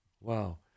Wow